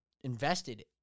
invested